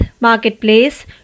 Marketplace